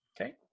Okay